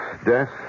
Death